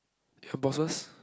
her bosses